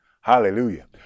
hallelujah